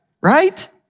right